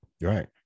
right